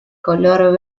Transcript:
color